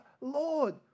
Lord